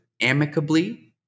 amicably